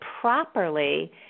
properly